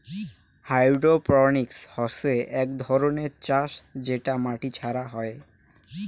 hydroponics হসে আক ধরণের চাষ যেটা মাটি ছাড়া হই